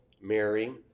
Mary